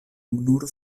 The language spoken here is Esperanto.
nur